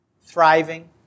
thriving